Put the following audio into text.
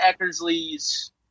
Eckersley's